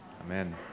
Amen